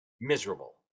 miserable